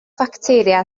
facteria